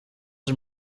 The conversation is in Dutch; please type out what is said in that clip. het